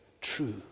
true